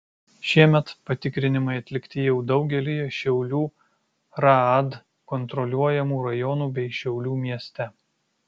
šiemet patikrinimai atlikti jau daugelyje šiaulių raad kontroliuojamų rajonų bei šiaulių mieste